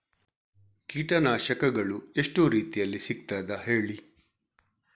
ಕೀಟನಾಶಕಗಳು ಎಷ್ಟು ರೀತಿಯಲ್ಲಿ ಸಿಗ್ತದ ಹೇಳಿ